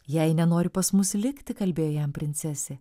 jei nenori pas mus likti kalbėjo jam princesė